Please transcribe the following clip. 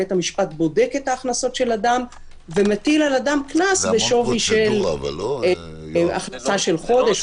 בית המשפט בודק הכנסות של אדם ומטיל עליו קנס בשווי של הכנסה של חודש,